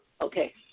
Okay